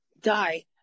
die